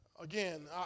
Again